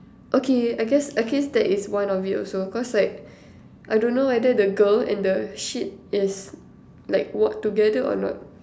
okay I guess I guess that is one of it also cause like I don't know whether the girl and the sheet is like walk together or not